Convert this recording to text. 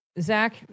Zach